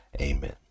amen